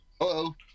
Hello